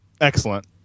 Excellent